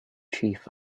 chief